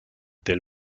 dale